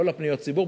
לא לפניות ציבור,